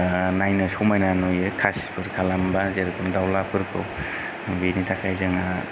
नायनो समायना नुयो खासिफोर खालामब्ला जेरख'म दाउलाफोरखौ बेनि थाखाय जोंहा